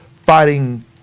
fighting